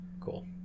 Cool